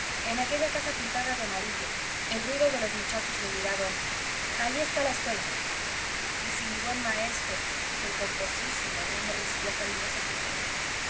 en aquella casa pintada de amarillo el ruido de los muchachos le dirá dónde allí está la escuela y si mi buen maestro si el pomposísimo no me recibía cariñosamente